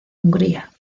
hungría